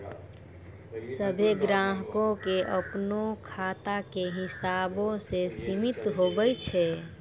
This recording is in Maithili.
सभ्भे ग्राहको के अपनो खाता के हिसाबो से सीमित हुवै छै